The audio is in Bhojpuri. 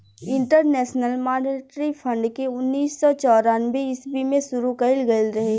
इंटरनेशनल मॉनेटरी फंड के उन्नीस सौ चौरानवे ईस्वी में शुरू कईल गईल रहे